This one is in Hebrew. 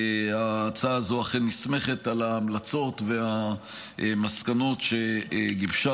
ההצעה הזו אכן נסמכת על ההמלצות והמסקנות שגיבשה